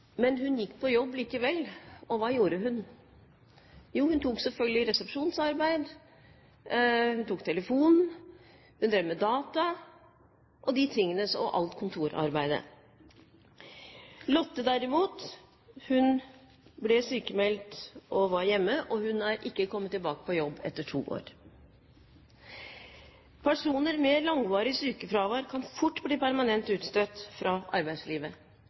Men hun gikk på jobb likevel, og hva gjorde hun? Jo, hun gjorde selvfølgelig resepsjonsarbeid. Hun tok telefonen, hun drev med data – alt kontorarbeidet. Lotte, derimot, ble sykmeldt og var hjemme – og hun er ikke kommet tilbake på jobb, etter to år. Personer med langvarig sykefravær kan fort bli permanent utstøtt fra arbeidslivet.